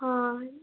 ହଁ